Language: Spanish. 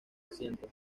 asiento